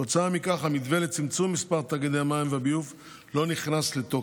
וכתוצאה מכך המתווה לצמצום מספר תאגידי המים והביוב לא נכנס לתוקף.